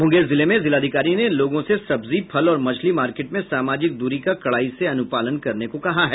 मुंगेर जिले में जिलाधिकारी ने लोगों से सब्जी फल और मछली मार्केट में सामाजिक दूरी का कड़ाई से अनुपालन करने को कहा है